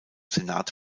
senat